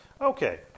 Okay